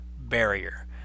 barrier